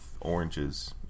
oranges